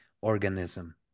organism